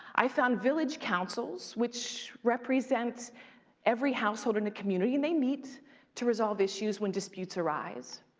i found village councils, which represent every household in a community, and they meet to resolve issues when disputes arise.